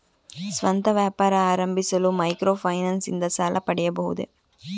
ಸ್ವಂತ ವ್ಯಾಪಾರ ಆರಂಭಿಸಲು ಮೈಕ್ರೋ ಫೈನಾನ್ಸ್ ಇಂದ ಸಾಲ ಪಡೆಯಬಹುದೇ?